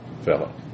fellow